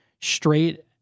straight